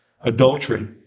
adultery